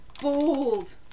Bold